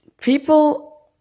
people